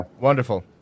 Wonderful